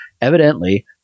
Evidently